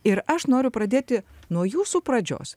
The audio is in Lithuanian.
ir aš noriu pradėti nuo jūsų pradžios